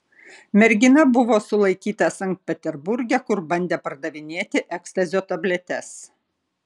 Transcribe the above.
mergina buvo sulaikyta sankt peterburge kur bandė pardavinėti ekstazio tabletes